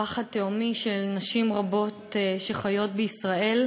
לפחד התהומי של נשים רבות שחיות בישראל,